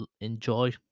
enjoy